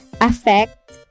affect